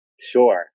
Sure